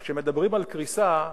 אז כשמדברים על קריסה,